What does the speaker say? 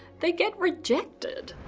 they get rejected!